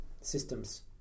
Systems